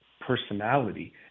personality